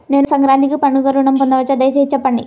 నేను సంక్రాంతికి పండుగ ఋణం పొందవచ్చా? దయచేసి చెప్పండి?